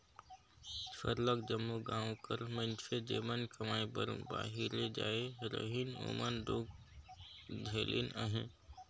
सरलग जम्मो गाँव कर मइनसे जेमन कमाए बर बाहिरे जाए रहिन ओमन दुख झेलिन अहें